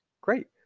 Great